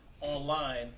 online